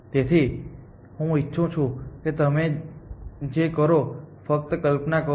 તેથી હું ઇચ્છું છું કે તમે જે કરો તે ફક્ત કલ્પના કરો